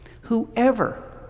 Whoever